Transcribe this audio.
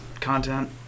content